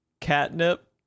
catnip